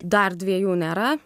dar dviejų nėra